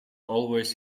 always